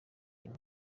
iyo